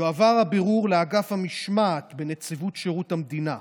יועבר הבירור לאגף המשמעת בנציבות שירות המדינה.